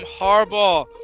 Harbaugh